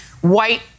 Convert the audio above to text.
white